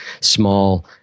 small